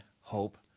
hope